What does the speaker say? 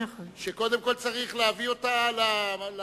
שקודם כול צריך להביא אותו למשרד,